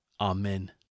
Amen